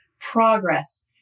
progress